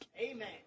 Amen